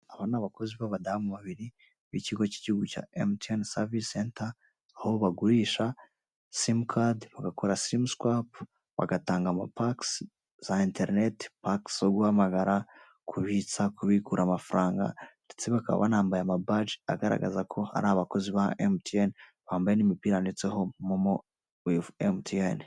Aba ni abakozi b'abadamu babiri b'ikigo cy'igihugu cya mtn sarvise center aho bagurisha simukadi, bagakora simi suwapu, bagatanga amapakisi za interinete, pakisi zo guhamagara, kubitsa kubiku amafaranga ndetse bakaba banambaye amabaji agaragaza ko hari abakozi ba emutiyeene bambaye n'imipira ndetse yanditseho momo wivu emutiyene.